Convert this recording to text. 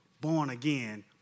born-again